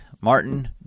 Martin